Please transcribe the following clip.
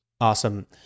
Awesome